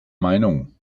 meinung